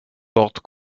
dort